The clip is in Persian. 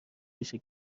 ریشه